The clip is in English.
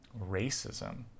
racism